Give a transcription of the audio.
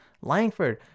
Langford